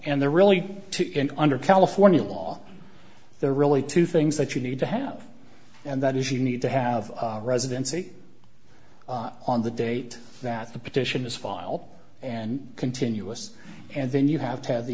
and there really under california law there are really two things that you need to have and that is you need to have residency on the date that the petition is file and continuous and then you have to have the